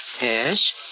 Yes